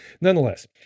nonetheless